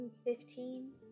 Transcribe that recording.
Fifteen